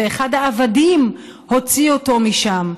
ואחד העבדים הוציא אותו משם.